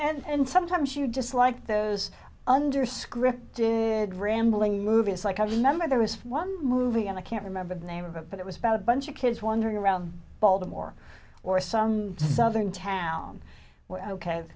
said and sometimes you just like those under scripted rambling movies like i remember there was one movie and i can't remember the name of it but it was about a bunch of kids wandering around baltimore or some southern town